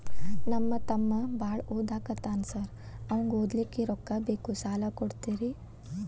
ನಮ್ಮ ತಮ್ಮ ಬಾಳ ಓದಾಕತ್ತನ ಸಾರ್ ಅವಂಗ ಓದ್ಲಿಕ್ಕೆ ರೊಕ್ಕ ಬೇಕು ಸಾಲ ಕೊಡ್ತೇರಿ?